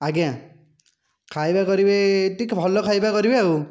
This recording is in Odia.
ଆଜ୍ଞା ଖାଇବା କରିବେ ଟିକିଏ ଭଲ ଖାଇବା କରିବେ ଆଉ